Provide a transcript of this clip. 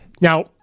Now